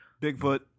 Bigfoot